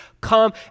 come